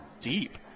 deep